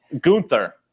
Gunther